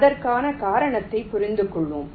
அதற்கான காரணத்தை புரிந்து கொள்வோம்